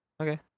Okay